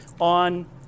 on